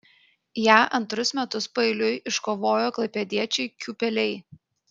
ją antrus metus paeiliui iškovojo klaipėdiečiai kiūpeliai